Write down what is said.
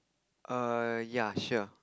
err ya sure